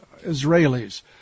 Israelis